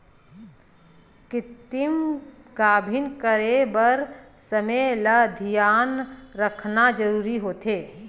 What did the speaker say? कृतिम गाभिन करे बर समे ल धियान राखना जरूरी होथे